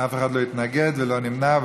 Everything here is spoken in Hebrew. אף אחד לא התנגד ואין נמנעים.